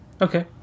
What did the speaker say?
okay